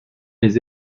les